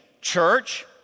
Church